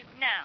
No